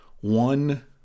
one